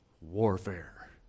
Warfare